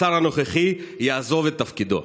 ושהשר הנוכחי יעזוב את תפקידו.